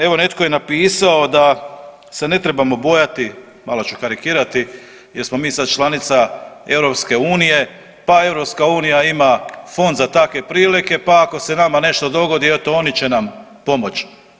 Evo netko je napisao da se ne trebamo bojati, malo ću karikirati jer smo mi sad članica EU, pa EU ima fond za takve prilike, pa ako se nama nešto dogodi eto oni će nam pomoć.